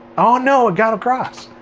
ah no, it got across!